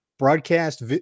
broadcast